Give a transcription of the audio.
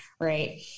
right